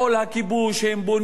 הם בונים עיר,